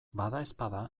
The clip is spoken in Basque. badaezpada